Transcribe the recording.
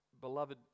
beloved